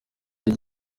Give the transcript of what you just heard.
icyo